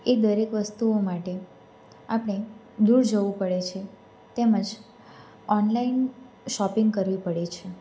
એ દરેક વસ્તુઓ માટે આપણે દૂર જવું પડે છે તેમજ ઓનલાઇન શોપિંગ કરવી પડે છે